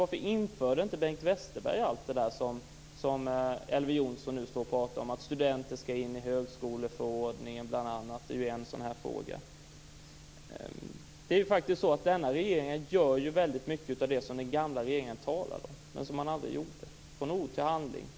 Varför införde inte Bengt Westerberg allt det som Elver Jonsson nu pratar om, bl.a. det här med studenter och Högskoleförordningen? Det är en sådan fråga. Det är faktiskt så att den nuvarande regeringen gör väldigt mycket av det som den gamla regeringen talade om men aldrig genomförde. Man går från ord till handling.